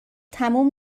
تموم